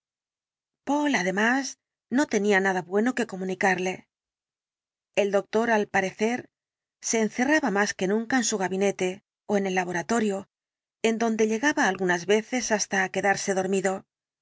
poole además no tenía nada bueno que comuni notable incidente del dr lanyón carie el doctor al parecer se encerraba más que nunca en su gabinete ó en el laboratorio en donde llegaba algunas veces hasta á quedarse dormido